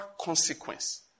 consequence